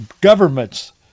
government's